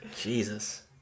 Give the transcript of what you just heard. Jesus